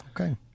Okay